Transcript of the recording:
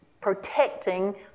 protecting